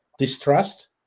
distrust